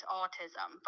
autism